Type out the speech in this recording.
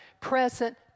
present